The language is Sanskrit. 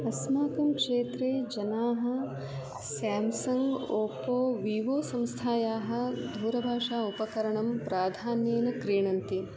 अस्माकं क्षेत्रे जनाः साम्सङ्ग् ओपो विवो संस्थायाः दूरभाषा उपकरणं प्राधान्येन क्रीणन्ति